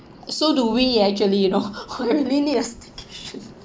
so do we actually you know we really need a staycation